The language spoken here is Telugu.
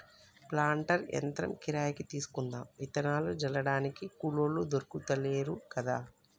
ప్లాంటర్ యంత్రం కిరాయికి తీసుకుందాం విత్తనాలు జల్లడానికి కూలోళ్లు దొర్కుతలేరు కదా